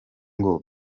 ngo